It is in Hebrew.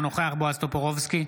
אינו נוכח בועז טופורובסקי,